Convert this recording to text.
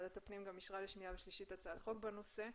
ועדת הפנים גם אישרה בשנייה ושלישית הצעת חוק בנושא.